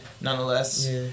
nonetheless